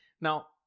now